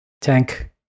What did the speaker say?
Tank